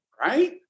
Right